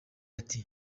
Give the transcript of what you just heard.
ati